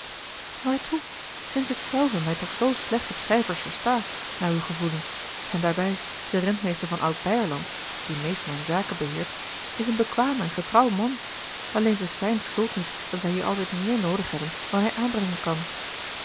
waartoe sinds ik zelve mij toch zoo slecht op cijfers versta naar uw gevoelen en daarbij de rentmeester van oud beierland die meest mijne zaken beheert is een bekwaam en getrouw man alleen t is zijne schuld niet dat wij hier altijd meer noodig hebben dan hij aanbrengen kan